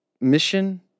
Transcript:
mission